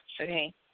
Okay